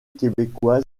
québécoise